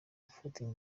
bafata